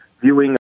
viewing